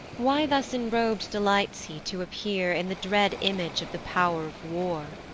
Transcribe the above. why thus enrob'd delights he to appear in the dread image of the pow'r of war?